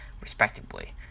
respectively